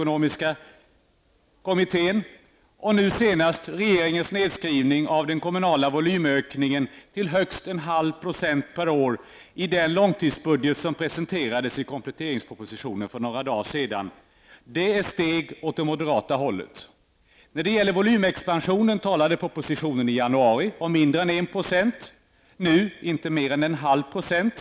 Ytterligare steg åt det moderata hållet är regeringens nedskrivning av den kommunala volymökningen till högst 0,5 % per år i den långstidsbudget som presenterades i kompletteringspropositionen för några dagar sedan. När det gäller volymexpansionen talade propositionen i januari om mindre än 1 %, nu gäller det inte mer än 0,5 %.